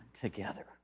together